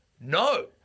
no